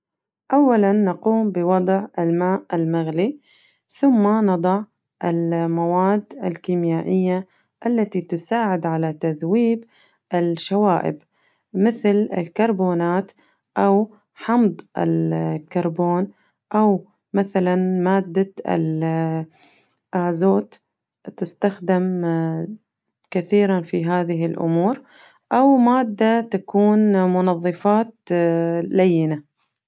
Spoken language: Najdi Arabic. أولاً نقوم بوضع الماء المغلي ثم نضع المواد الكيميائية التي تساعد على تذويب الشوائب مثل الكربونات أو حمض الكربون أو مثلاً مادة ال آزوت تستخدم كثيراً في هذه الأمور أو مادة تكون منظفات لينة.